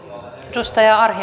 arvoisa